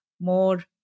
more